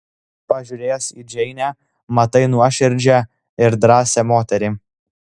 pažiūrėjęs į džeinę matai nuoširdžią ir drąsią moterį